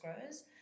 grows